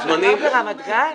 אתה גר ברמת גן?